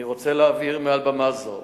אני רוצה להבהיר מעל במה זו